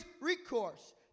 recourse